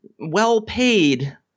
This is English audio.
well-paid